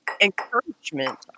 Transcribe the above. encouragement